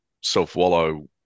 self-wallow